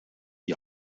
die